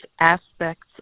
aspects